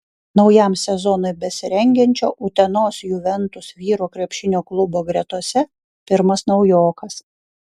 naujam sezonui besirengiančio utenos juventus vyrų krepšinio klubo gretose pirmas naujokas